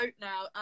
now